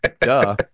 Duh